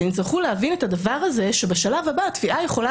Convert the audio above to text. הן יצטרכו להבין את הדבר הזה שבשלב הבא התביעה יכולה